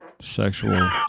sexual